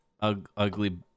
ugly